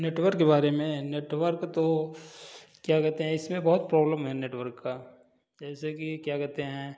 network के बारे में नेटवर्क तो क्या कहते हैं इसमें बहुत प्रॉब्लम है नेटवर्क का जैसे कि क्या कहते हैं